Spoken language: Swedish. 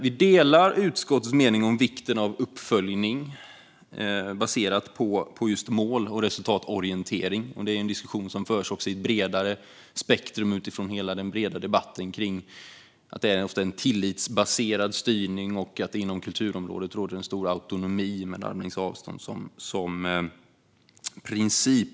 Vi delar utskottets mening om vikten av uppföljning baserad just på mål och resultatorientering. Det är en diskussion som också förs i ett bredare spektrum utifrån hela den breda debatten kring att det ofta är en tillitsbaserad styrning och att det inom kulturområdet råder en stor autonomi med armlängds avstånd som princip.